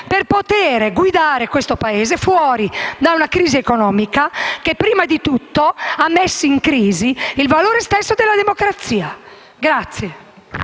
per poter guidare questo Paese fuori da una crisi economica che, prima di tutto, ha messo in crisi il valore stesso della democrazia.